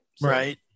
Right